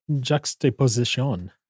juxtaposition